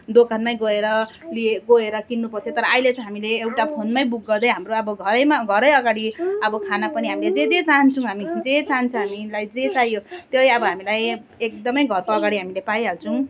दोकानमै गएर लिए गएर किन्नु पर्थ्यो तर अहिले चाहिँ हामीले एउटा फोनमै बुक गर्दै हाम्रो अब घरैमा घरै अघाडि अब खाना पनि हामीले जे जे चाहन्छौँ हामी जे चाहिन्छ हामीलाई जे चाहियो त्यही अब हामीलाई एकदमै घरको अघाडि हामीले पाइहाल्छौँ